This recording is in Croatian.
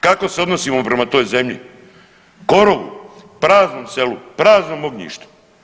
Kako se odnosimo prema toj zemlji, korovu, praznom selu, praznom ognjištu.